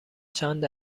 چند